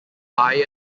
iron